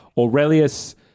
Aurelius